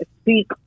speak